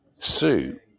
Sue